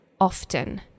often